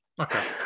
Okay